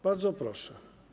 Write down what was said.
Bardzo proszę.